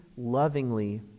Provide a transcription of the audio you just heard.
lovingly